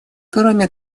кроме